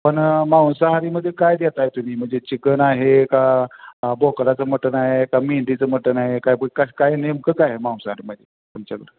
पण मांसाहारीमध्ये काय देताय तुम्ही म्हणजे चिकन आहे का बोकडाचं मटन आहे का मेंढीचं मटन आहे काय काय नेमकं काय आहे मांसाहारीमध्ये तुमच्याकडं